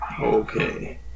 Okay